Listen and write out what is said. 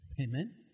Amen